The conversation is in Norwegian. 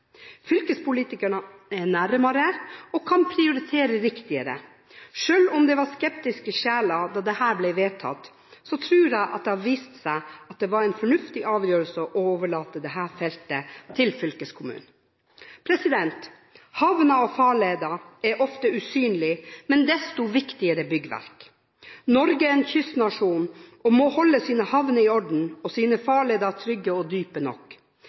Fylkespolitikerne er nærmere og kan prioritere riktigere. Selv om det var skeptiske sjeler da dette ble vedtatt, har det har vist seg at det var en fornuftig avgjørelse å overlate dette feltet til fylkeskommunene. Havner og farleder er ofte usynlige, med desto viktigere byggverk. Norge er en kystnasjon og må holde sine havner i orden og sine farleder trygge og dype nok.